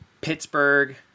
Pittsburgh